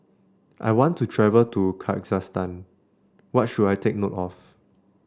I want to travel to Kyrgyzstan what should I take note of